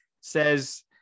says